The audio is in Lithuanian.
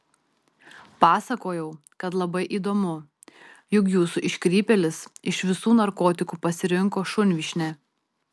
pasakojau kad labai įdomu jog jūsų iškrypėlis iš visų narkotikų pasirinko šunvyšnę